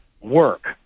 work